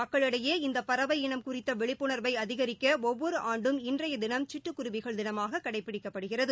மக்களிடையே இந்த பறவை இனம் குறித்த விழிப்புணர்வை அதிகிக்க ஒவ்வொரு ஆண்டும் இன்றைய தினம் சிட்டுக்குருவிகள் தினமாக கடைபிடிக்கப்படுகிறது